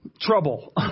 trouble